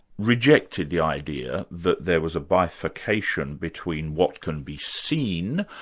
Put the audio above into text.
rejected the idea that there was a bifurcation between what can be seen,